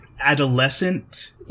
adolescent